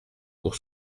pour